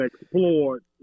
explored